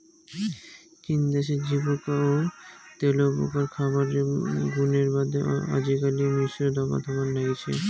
চীন দ্যাশের ঝিঁঝিপোকা ও তেলুয়াপোকার খাবার গুণের বাদে আজিকালি মিশ্রিত আবাদ হবার নাইগচে